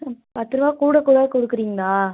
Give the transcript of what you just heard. ம் பத்து ருபா கூட கூட கொடுக்குறீங்களா